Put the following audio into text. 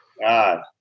God